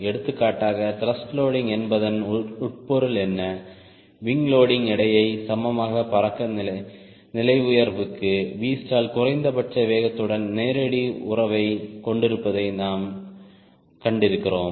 எடுத்துக்காட்டாக thrust loading என்பதன் உட்பொருள் என்ன விங் லோடிங் எடையை சமமாக பறக்க நிலை உயர்வுக்கு Vstall குறைந்தபட்ச வேகத்துடன் நேரடி உறவைக் கொண்டிருப்பதை நாம் கண்டிருக்கிறோம்